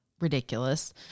ridiculous